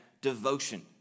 devotion